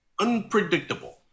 Unpredictable